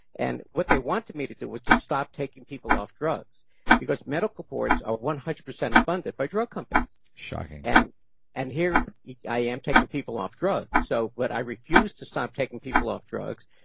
and what they wanted me to do was to stop taking people off drugs because medical boards are one hundred percent funded by drug companies shocking and and here yeah i am taking people off drugs. so when i refused to stop taking people off drugs,